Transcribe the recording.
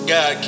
God